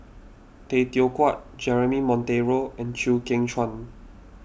Tay Teow Kiat Jeremy Monteiro and Chew Kheng Chuan